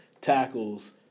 tackles